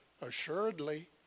assuredly